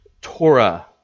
Torah